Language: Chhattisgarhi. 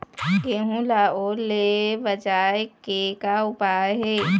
गेहूं ला ओल ले बचाए के का उपाय हे?